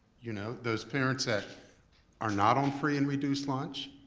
you know those parents that are not on free and reduced lunch,